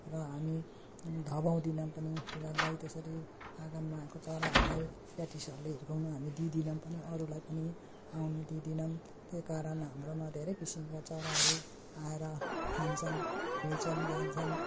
र हामी धपाउँदैनौँ पनि तिनीहरूलाई त्यसरी आँगनमा आएको चराहरूलाई क्याटिसहरूले हिर्काउनु हामी दिँदैनौँ पनि अरूलाई पनि आउनु दिँदैनौँ त्यही कारण हाम्रोमा धेरै किसिमका चराहरू आएर खान्छन् खेल्छन् जान्छन्